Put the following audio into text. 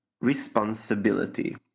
responsibility